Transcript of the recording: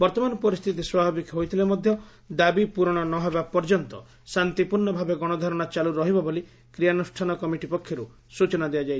ବର୍ଉମାନ ପରିସ୍ସିତି ସ୍ୱାଭାବିକ ହୋଇଥିଲେ ମଧ୍ଧ ଦାବି ପ୍ରରଶ ନ ହେବା ପର୍ଯ୍ୟନ୍ତ ଶାତ୍ତିପ୍ରର୍ଷଭାବେ ଗଣଧାରଶା ଚାଲୁ ରହିବ ବୋଲି କ୍ରିୟାନୁଷ୍ଠାନ କମିଟି ପକ୍ଷରୁ ସୂଚନା ଦିଆଯାଇଛି